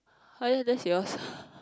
uh yeah that's yours